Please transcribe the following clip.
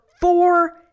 four